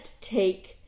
take